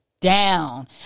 down